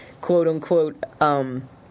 quote-unquote